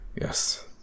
yes